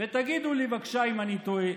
ותגידו לי בבקשה אם אני טועה.